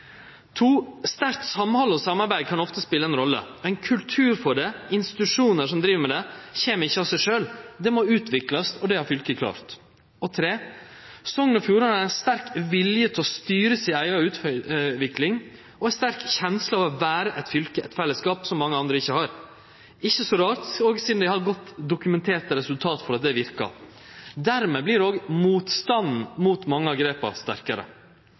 Sterkt samhald og samarbeid kan ofte spele ei rolle. At ein har kultur for det og institusjonar som driv med det, kjem ikkje av seg sjølv. Det må utviklast, og det har fylket klart. Punkt 3: Sogn og Fjordane har ein sterk vilje til å styre si eiga utvikling, og ei sterk kjensle av å vere eit fylke og ha eit fellesskap som mange andre ikkje har. Ikkje så rart sidan dei òg har godt dokumenterte resultat for at det verkar. Dermed vert motstanden mot mange av grepa sterkare.